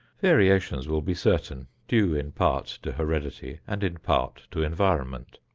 variations will be certain, due in part to heredity and in part to environment.